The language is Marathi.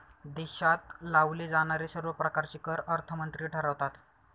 देशात लावले जाणारे सर्व प्रकारचे कर अर्थमंत्री ठरवतात